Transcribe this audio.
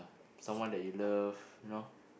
someone that you love you know